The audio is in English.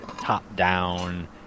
top-down